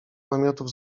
namiotów